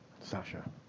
Sasha